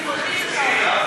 (שרת התרבות והספורט מירי רגב יוצאת מאולם המליאה.) תודה.